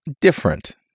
different